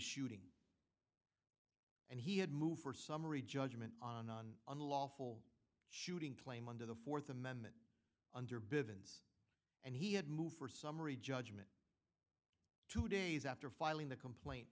shooting and he had moved for summary judgment on on unlawful shooting claim under the th amendment under bivins and he had moved for summary judgment two days after filing the complaint